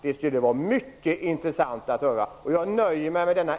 Det skulle vara mycket intressant att få besked om det.